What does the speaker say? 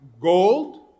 gold